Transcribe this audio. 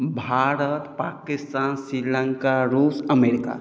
भारत पकिस्तान श्रीलङ्का रूस अमेरिका